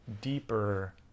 deeper